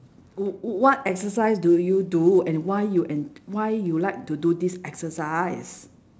w~ what exercise do you do and why you en~ why you like to do this exercise